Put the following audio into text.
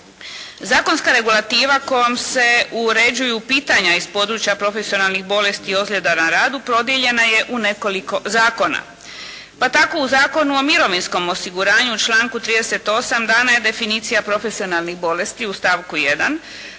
Zakonska regulativa kojom se uređuju pitanja iz područja profesionalnih bolesti i ozljeda na radu prodijeljena je u nekoliko zakona. Pa tako u Zakonu o mirovinskom osiguranju u članku 38. dana je definicija profesionalnih bolesti u stavku 1.,